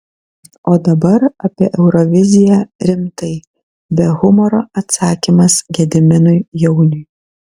o dabar apie euroviziją rimtai be humoro atsakymas gediminui jauniui